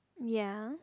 ya